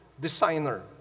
designer